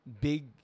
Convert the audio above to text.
big